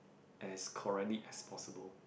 as correctly as possible